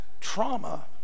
trauma